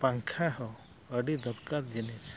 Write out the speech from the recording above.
ᱯᱟᱝᱠᱷᱟ ᱦᱚᱸ ᱟᱹᱰᱤ ᱫᱚᱨᱠᱟᱨ ᱡᱤᱱᱤᱥ